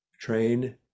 train